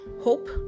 hope